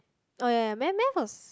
oh ya ya math math was